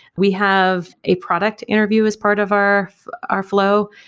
we have a product interview as part of our our flow.